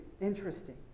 interesting